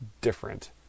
different